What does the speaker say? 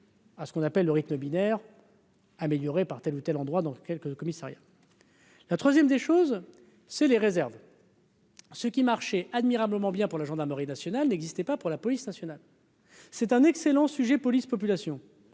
à ce qu'on appelle le rythme binaire. Améliorer par tel ou tel endroit dans quelques commissariats. La 3ème des choses, c'est les réserves. Ce qui marche admirablement bien pour la gendarmerie nationale n'existait pas pour la police nationale. C'est un excellent sujet police-population.